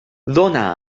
dóna